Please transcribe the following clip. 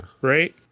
Right